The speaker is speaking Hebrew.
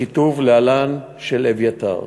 בכיתוב "לע"נ אביתר".